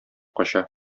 кача